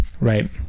Right